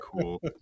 cool